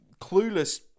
clueless